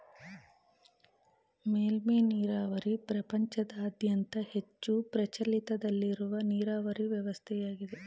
ಮೇಲ್ಮೆ ನೀರಾವರಿ ಪ್ರಪಂಚದಾದ್ಯಂತ ಹೆಚ್ಚು ಪ್ರಚಲಿತದಲ್ಲಿರುವ ನೀರಾವರಿ ವ್ಯವಸ್ಥೆಯಾಗಿದೆ